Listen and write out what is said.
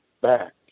back